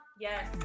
Yes